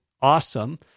awesome